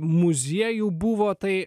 muziejų buvo tai